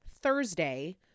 Thursday